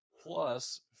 plus